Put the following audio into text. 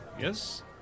Yes